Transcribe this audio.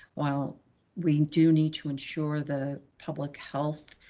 while we do need to ensure the public health